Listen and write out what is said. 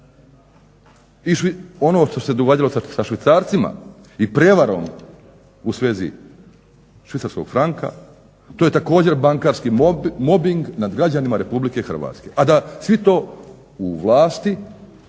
Ono što se događalo sa švicarcima i prijevarom u svezi švicarskog franka to je također bankarski mobing nad građanima RH a da svi to u vlasti